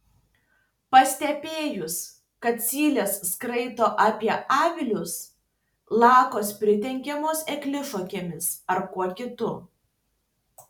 pastebėjus kad zylės skraido apie avilius lakos pridengiamos eglišakėmis ar kuo kitu